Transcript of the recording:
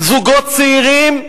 זוגות צעירים,